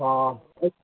ହଁ